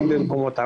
גם במקומות העבודה,